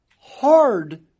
hard